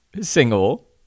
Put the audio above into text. single